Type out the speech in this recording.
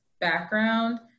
background